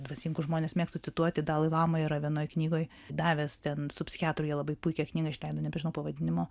dvasingus žmones mėgstu cituoti dalai lama yra vienoj knygoj davęs ten su psichiatru jie labai puikią knygą išleido nebežinau pavadinimo